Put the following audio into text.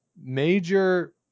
major